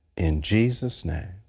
in jesus' name.